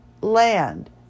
land